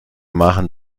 machen